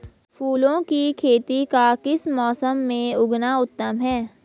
फूलों की खेती का किस मौसम में उगना उत्तम है?